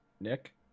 Nick